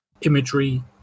imagery